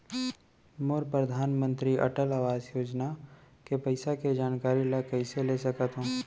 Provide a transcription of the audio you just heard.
मोर परधानमंतरी अटल आवास योजना के पइसा के जानकारी ल कइसे ले सकत हो?